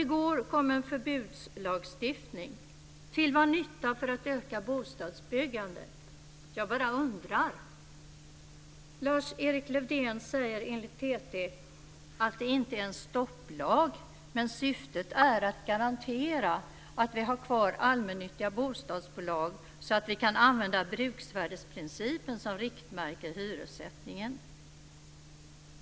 I går kom en förbudslagstiftning. Till vad nytta för att öka bostadsbyggandet? Jag bara undrar. Lars-Erik Lövdén säger enligt TT att det inte är en stopplag. Men syftet är att garantera att vi har kvar allmännyttiga bostadsbolag, så att vi kan använda bruksvärdesprincipen som riktmärke i hyressättningen.